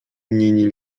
mnie